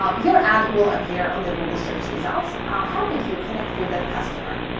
um your ad will appear on the google search results helping you connect with that customer.